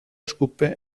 escupe